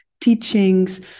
teachings